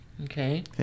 Okay